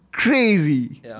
Crazy